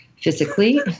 physically